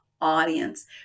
Audience